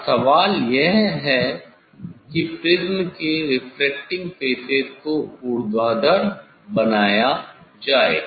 अब सवाल यह है कि प्रिज्म के रेफ्रेक्टिंग फेसेस को ऊर्ध्वाधर बनाया जाए